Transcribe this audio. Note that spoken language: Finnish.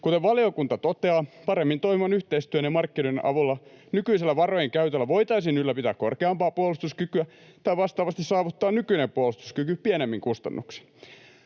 kuten valiokunta toteaa, paremmin toimivan yhteistyön ja markkinoiden avulla nykyisellä varojen käytöllä voitaisiin ylläpitää korkeampaa puolustuskykyä tai vastaavasti saavuttaa nykyinen puolustuskyky pienemmin kustannuksin.